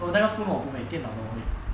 oh 那个 phone 我不会电脑的我会